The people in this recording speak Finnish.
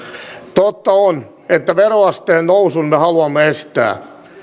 totta on että veroasteen nousun me haluamme estää